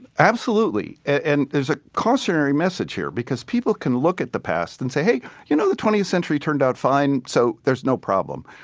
absolutely. and there's a cautionary message here because people can look at the past and say hey, you know the twentieth century turned out fine. so, there's no problem.